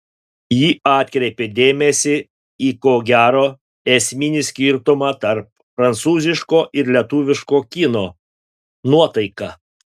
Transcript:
ji atkreipė dėmesį į ko gero esminį skirtumą tarp prancūziško ir lietuviško kino nuotaiką